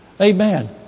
Amen